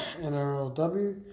NRLW